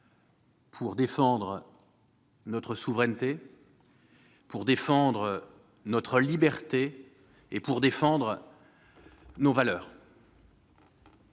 pour défendre notre souveraineté, pour défendre notre liberté et pour défendre nos valeurs.